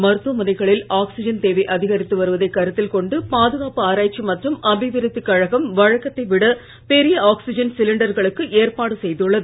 நாட்டில் மருத்துவமனைகளில் ஆக்சிஜன் தேவை அதிகரித்து வருவதை கருத்தில் கொண்டு பாதுகாப்பு ஆராய்ச்சி மற்றும் அபிவிருத்தி கழகம் வழக்கத்தை விட பெரிய ஆக்சிஜன் சிலிண்டர்களுக்கு ஏற்பாடு செய்துள்ளது